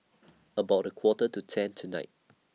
about A Quarter to ten tonight